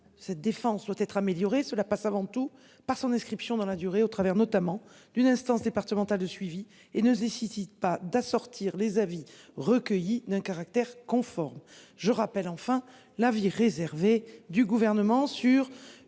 cette défense doit être amélioré, cela passe avant tout par son inscription dans la durée au travers notamment d'une instance départementale de suivi et ne décide pas d'assortir les avis recueillis d'un caractère conforme. Je rappelle enfin l'avis réservé du gouvernement sur